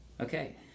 Okay